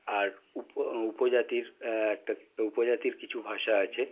আর উপ উপজাতির একটা উপজাতির কিছু ভাষা আছে